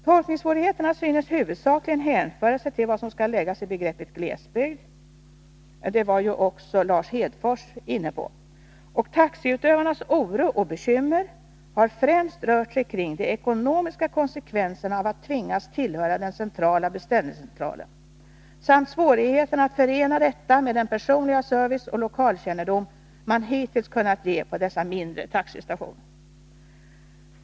Tolkningssvårigheterna synes huvudsakligen hänföra sig till vad som skall läggas i begreppet glesbygd — det var också Lars Hedfors inne på — och taxifolkets oro och bekymmer har främst rört sig kring de ekonomiska konsekvenserna av att tvingas tillhöra beställningscentralen samt svårigheterna att förena detta med den personliga service och lokalkännedom man hittills kunnat ge på dessa mindre taxistationer.